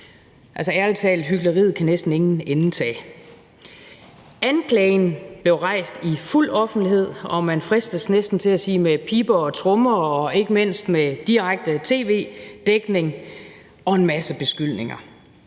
ærlig talt: Hykleriet kan næsten ingen ende tage. Anklagen blev rejst i fuld offentlighed og – fristes man næsten til at sige – med piber og trommer og ikke mindst med direkte tv-dækning og en masse beskyldninger.